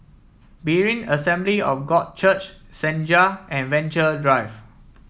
Berean Assembly of God Church Senja and Venture Drive